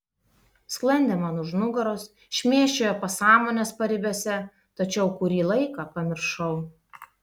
sklandė man už nugaros šmėkščiojo pasąmonės paribiuose tačiau kurį laiką pamiršau